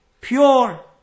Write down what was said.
pure